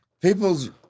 people's